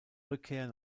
rückkehr